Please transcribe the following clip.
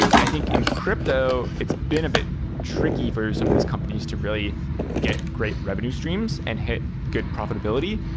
i think in crypto, it's been a bit tricky for some of these companies to really get great revenue streams and hit good profitability.